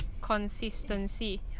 Consistency